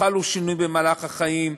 חלו שינויים במהלך החיים,